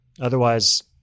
Otherwise